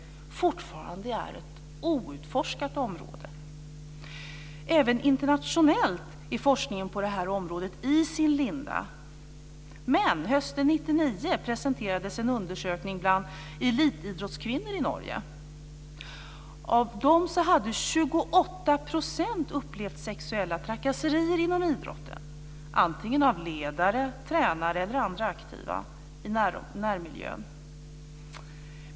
Även internationellt är forskningen på det här området i sin linda. Men hösten 1999 presenterades en undersökning bland elitidrottskvinnor i Norge.